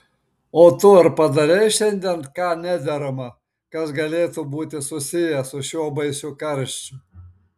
o tu ar padarei šiandien ką nederama kas galėtų būti susiję su šiuo baisiu karščiu